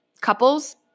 couples